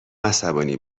عصبانی